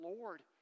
Lord